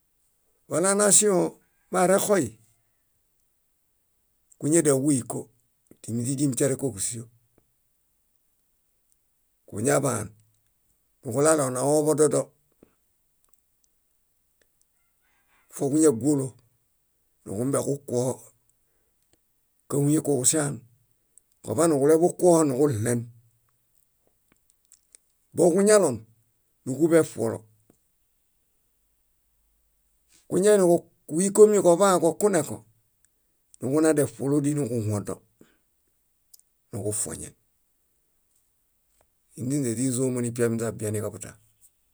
. Walanaŝiõ marexoy, kuñadia núġuiko timi źíxedemi tiare kóġusio. Kuñaḃaniġuɭaleonaw oḃododo. Fóġuñaguolo, núġumbieniġukuoho káhuyẽ kuġuŝaan koḃaniġuleḃukuoho niġuɭen. Boġuñelon níġuḃe eṗuolo. Kuñaini kúikomi koḃaġokunẽko, niġuna deṗuolo díi niġuhũdo nuġufoñen. Ínźeźeźizomo nipiaḃinźe niloṗita.